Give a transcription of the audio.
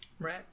right